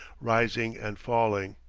rising and falling.